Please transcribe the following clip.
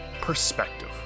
perspective